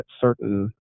certain